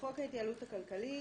יש הצהרה לפרוטוקול שזה 25 מיליון,